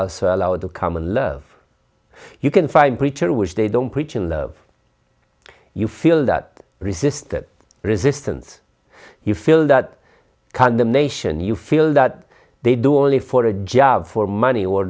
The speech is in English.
are allowed to come in love you can find preacher which they don't preach in love you feel that resist that resistance you feel that condemnation you feel that they do only for a job for money or